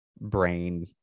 brain